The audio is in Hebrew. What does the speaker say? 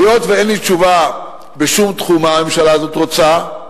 היות שאין לי תשובה בשום תחום מה הממשלה הזאת רוצה,